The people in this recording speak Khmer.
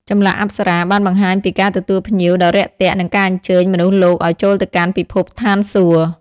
ចម្លាក់អប្សរាបានបង្ហាញពីការទទួលភ្ញៀវដ៏រាក់ទាក់ និងការអញ្ជើញមនុស្សលោកឲ្យចូលទៅកាន់ពិភពស្ថានសួគ៌។